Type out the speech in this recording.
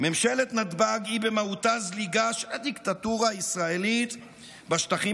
היא במהותה זליגה של הדיקטטורה הישראלית מהשטחים